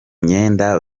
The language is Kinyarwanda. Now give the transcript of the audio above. myenda